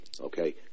okay